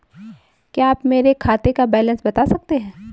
क्या आप मेरे खाते का बैलेंस बता सकते हैं?